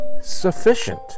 sufficient